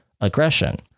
aggression